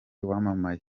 wamamaye